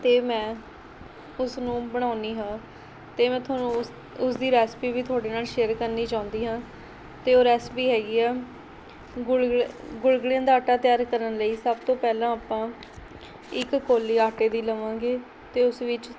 ਅਤੇ ਮੈਂ ਉਸਨੂੰ ਬਣਾਉਂਦੀ ਹਾਂ ਅਤੇ ਮੈਂ ਤੁਹਾਨੂੰ ਉਸ ਉਸਦੀ ਰੈਸਪੀ ਵੀ ਤੁਹਾਡੇ ਨਾਲ ਸ਼ੇਅਰ ਕਰਨੀ ਚਾਹੁੰਦੀ ਹਾਂ ਅਤੇ ਉਹ ਰੈਸਪੀ ਹੈਗੀ ਆ ਗੁਲਗਲੇ ਗੁਲਗੁਲਿਆਂ ਦਾ ਆਟਾ ਤਿਆਰ ਕਰਨ ਲਈ ਸਭ ਤੋਂ ਪਹਿਲਾਂ ਆਪਾਂ ਇੱਕ ਕੋਲੀ ਆਟੇ ਦੀ ਲਵਾਂਗੇ ਅਤੇ ਉਸ ਵਿੱਚ